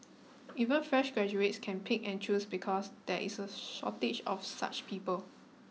even fresh graduates can pick and choose because there is a shortage of such people